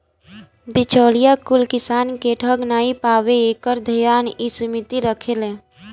बिचौलिया कुल किसान के ठग नाइ पावे एकर ध्यान इ समिति रखेले